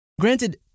Granted